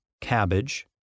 cabbage